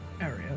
area